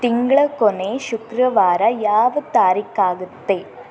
ತಿಂಗಳ ಕೊನೇ ಶುಕ್ರವಾರ ಯಾವ ತಾರೀಕು ಆಗತ್ತೆ